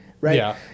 right